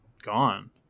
gone